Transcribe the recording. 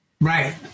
Right